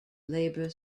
labor